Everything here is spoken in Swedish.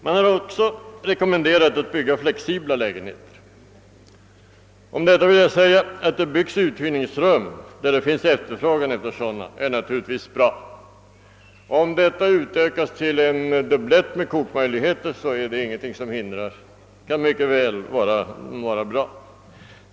Man har också rekommenderat bostadsproducenterna att bygga flexibla lägenheter. Det är naturligtvis bra att det byggs uthyrningsrum, där det finns efterfrågan på sådana. Om dessa utökas till dubbletter med kokmöjligheter kan också det mycket väl vara bra.